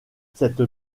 cette